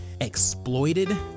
exploited